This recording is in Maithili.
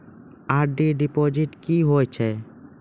आर.डी डिपॉजिट की होय छै?